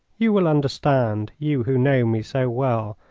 you will understand, you who know me so well,